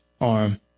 arm